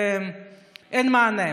ואין מענה,